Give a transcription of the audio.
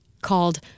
called